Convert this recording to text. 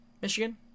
Michigan